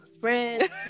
friends